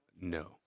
no